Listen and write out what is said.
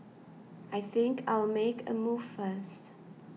I think I'll make a move first